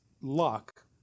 lock